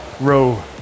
row